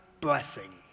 blessing